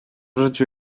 życiu